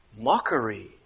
mockery